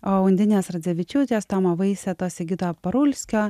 o undinės radzevičiūtės tomo vaisetos sigito parulskio